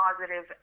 positive